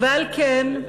ועל כן,